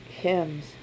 hymns